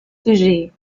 sujets